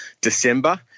December